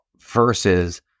versus